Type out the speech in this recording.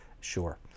Sure